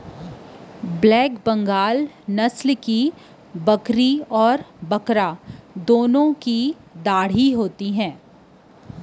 black Bengal नसल के छेरी अउ बोकरा दुनो के डाढ़ही होथे